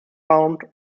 pond